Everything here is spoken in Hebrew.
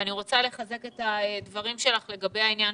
אני רוצה לחזק את הדברים שלך לגבי עניין